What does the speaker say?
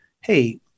hey